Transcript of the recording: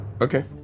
Okay